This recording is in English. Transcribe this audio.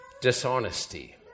dishonesty